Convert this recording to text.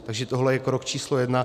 Takže tohle je krok číslo jedna.